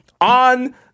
On